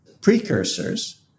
precursors